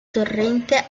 torrente